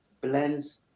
blends